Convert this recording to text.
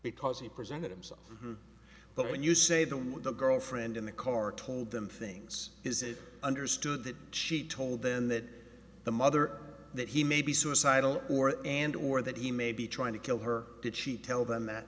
because he presented himself but when you say them with the girlfriend in the car told them things is it understood that she told them that the mother that he may be suicidal or and or that he may be trying to kill her did she tell them that